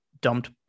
dumped